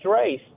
race